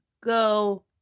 go